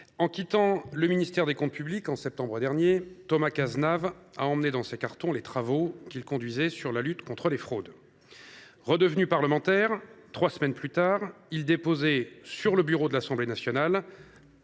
en quittant le ministère des comptes publics, en septembre dernier, Thomas Cazenave a emporté dans ses cartons ses projets pour lutter contre la fraude. Redevenu parlementaire, trois semaines plus tard, il déposait sur le bureau de l’Assemblée nationale